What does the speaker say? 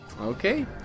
Okay